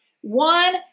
One